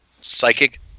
psychic